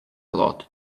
lot